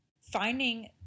Finding